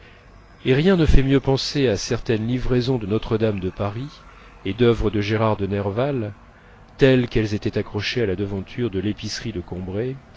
et rien ne fait mieux penser à certaines livraisons de notre-dame de paris et d'œuvres de gérard de nerval telles qu'elles étaient accrochées à la devanture de l'épicerie de combray